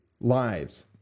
lives